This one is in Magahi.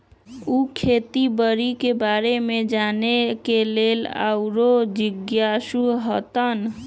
उ खेती बाड़ी के बारे में जाने के लेल आउरो जिज्ञासु हतन